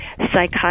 psychotic